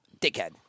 dickhead